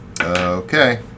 Okay